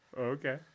Okay